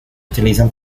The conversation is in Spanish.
utilizan